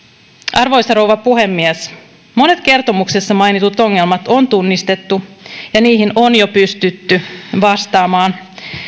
arvoisa rouva puhemies monet kertomuksessa mainitut ongelmat on tunnistettu ja niihin on jo pystytty vastaamaan